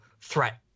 threat